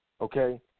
Okay